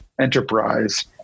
enterprise